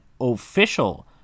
official